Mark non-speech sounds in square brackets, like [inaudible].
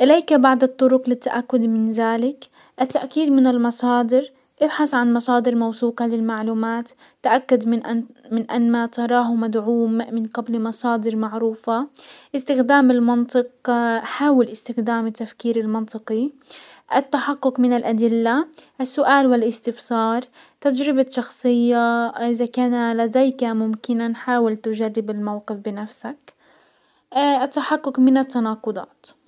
اليك بعض الطرق للتأكد من ذلك، التأكيد من المصادر، ابحث عن مصادر موثوقة للمعلومات تأكد من ان من ان ما تراه مدعوم من قبل مصادر معروفة، استخدام المنطق، حاول استخدام التفكير المنطقي التحقق من الادلة، السؤال والاستفسار، تجربة شخصية ازا كان لديك ممكنا حاول تجرب الموقف بنفسك، [hesitation] التحقق من التناقضات.